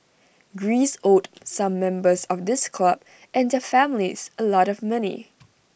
Greece owed some members of this club and their families A lot of money